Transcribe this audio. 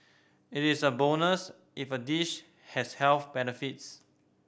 it is a bonus if a dish has health benefits